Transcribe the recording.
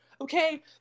okay